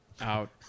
out